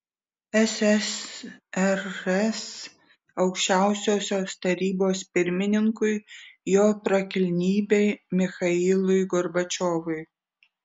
ssrs aukščiausiosios tarybos pirmininkui jo prakilnybei michailui gorbačiovui